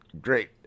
great